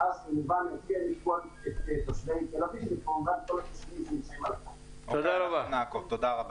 ואז כמובן נעדכן את כל תושבי תל-אביב וכמובן --- תודה רבה.